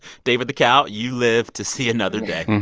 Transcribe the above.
david the cow, you live to see another day.